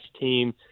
team